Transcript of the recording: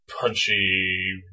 punchy